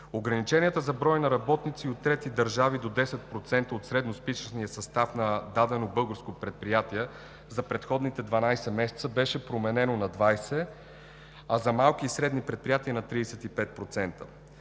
Ограничението за броя на работници от трети държави – до 10% от средносписъчния състав на дадено българско предприятие, за предходните 12 месеца беше променено на 20%, а за малките и средни предприятия – на 35%.